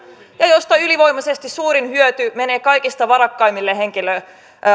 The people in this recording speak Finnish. ja josta ylivoimaisesti suurin hyöty menee kaikista varakkaimmille